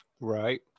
Right